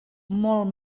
molt